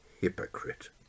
Hypocrite